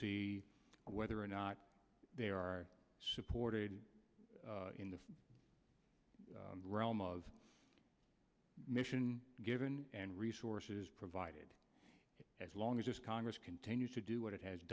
see whether or not there are supported in the realm of mission given and resources provided as long as this congress continues to do what it has